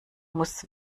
muss